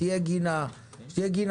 שתהיה גינה קהילתית.